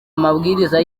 amabwiriza